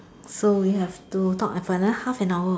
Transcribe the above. so we have to talk for another half an hour